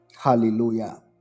Hallelujah